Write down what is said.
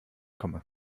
komme